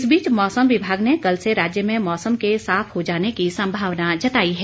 इस बीच मौसम विभाग ने कल से राज्य में मौसम के साफ हो जाने की संभावना जताई है